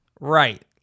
right